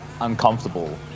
uncomfortable